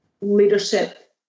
leadership